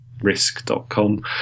risk.com